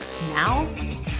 Now